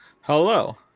Hello